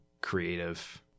creative